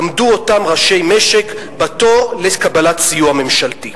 עמדו אותם ראשי משק בתור לקבלת סיוע ממשלתי.